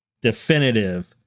definitive